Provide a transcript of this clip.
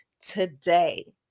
today